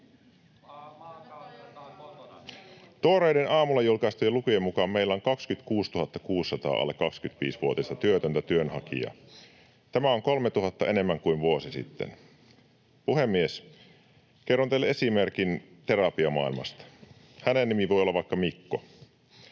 Tuoreiden, aamulla julkaistujen lukujen mukaan meillä on 26 600 alle 25-vuotiasta työtöntä työnhakijaa. Tämä on 3 000 enemmän kuin vuosi sitten. Puhemies! Kerron teille esimerkin terapiamaailmasta. Hänen nimensä voi olla vaikka Mikko.